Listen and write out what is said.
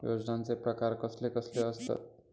योजनांचे प्रकार कसले कसले असतत?